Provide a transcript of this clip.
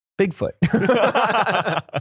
Bigfoot